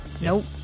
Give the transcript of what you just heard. Nope